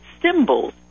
symbols